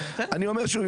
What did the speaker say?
אני אומר שוב,